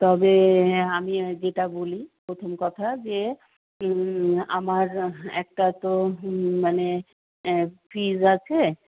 তবে আমি যেটা বলি প্রথম কথা যে আমার একটা তো মানে ফিজ আছে